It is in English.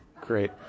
Great